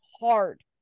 hard